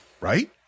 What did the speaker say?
Right